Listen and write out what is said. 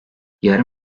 yarı